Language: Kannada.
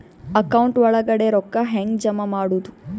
ಅಕೌಂಟ್ ಒಳಗಡೆ ರೊಕ್ಕ ಹೆಂಗ್ ಜಮಾ ಮಾಡುದು?